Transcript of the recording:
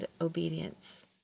obedience